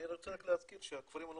אני רוצה רק להזכיר שהכפרים הלא